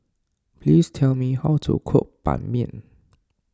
please tell me how to cook Ban Mian